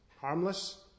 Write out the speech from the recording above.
harmless